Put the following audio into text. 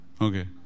Okay